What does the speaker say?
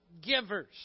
givers